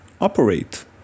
operate